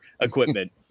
equipment